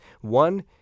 one